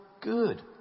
good